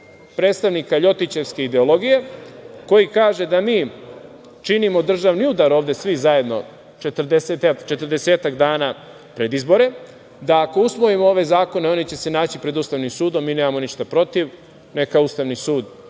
predstavnika ljotićevske ideologije, koji kaže da mi činimo državni udar ovde, svi zajedno, četrdesetak dana pred izbore, da ako usvojimo ove zakone, oni će se naći pred Ustavnim sudom. Mi nemamo ništa protiv, neka Ustavni sud